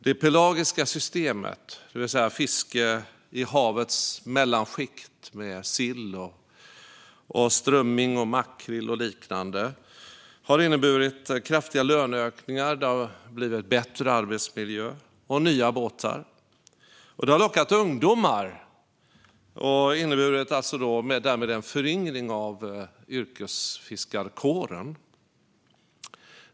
Det pelagiska systemet - det vill säga fiske i havets mellanskikt av sill, strömming, makrill och liknande - har inneburit kraftiga löneökningar, bättre arbetsmiljö och nya båtar. Det har lockat ungdomar och därmed inneburit en föryngring av yrkesfiskarkåren.